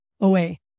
away